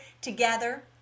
together